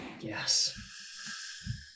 Yes